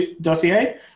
dossier